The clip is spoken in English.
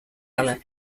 colour